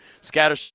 Scatter